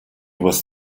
was